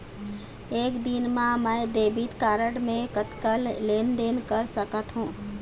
एक दिन मा मैं डेबिट कारड मे कतक के लेन देन कर सकत हो?